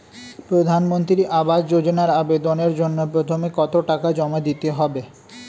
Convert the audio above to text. প্রধানমন্ত্রী আবাস যোজনায় আবেদনের জন্য প্রথমে কত টাকা জমা দিতে হবে?